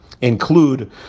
include